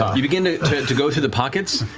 you begin to go through the pockets.